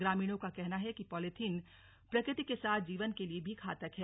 ग्रामीणों का कहना है कि पॉलीथिन प्रकृति के साथ जीवन के लिए भी घातक है